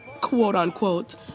quote-unquote